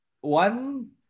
one